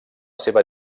seva